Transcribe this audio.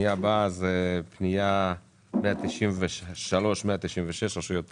הפנייה הבאה היא 193-196 רשויות פיקוח.